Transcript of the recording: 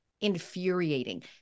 infuriating